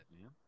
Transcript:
man